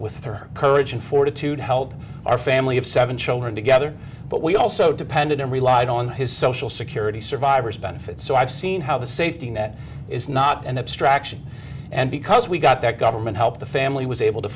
with her courage and fortitude help our family of seven children together but we also depended and relied on his social security survivor's benefits so i've seen how the safety net is not an abstraction and because we got that government help the family was able to